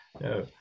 no